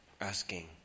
asking